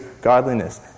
godliness